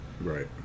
Right